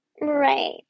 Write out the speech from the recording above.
right